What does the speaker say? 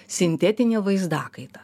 sintetinė vaizdakaita